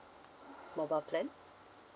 mobile plan